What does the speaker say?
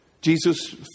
Jesus